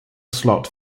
slot